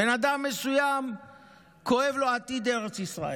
בן אדם מסוים כואב לו עתיד ארץ ישראל,